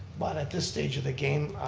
but at this stage of the game,